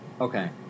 Okay